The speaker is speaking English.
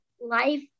life